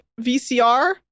VCR